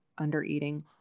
undereating